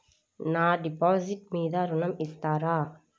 నా డిపాజిట్ మీద ఋణం ఇస్తారా?